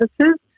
services